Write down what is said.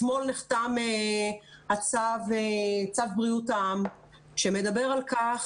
אתמול נחתם צו בריאות העם שמדבר על כך